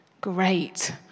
great